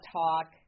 talk